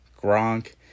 Gronk